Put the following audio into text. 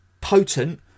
potent